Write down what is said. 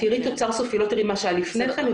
תראי תוצר סופי אבל לא תראי מה שהיה לפני כן.